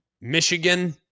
Michigan